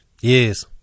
Yes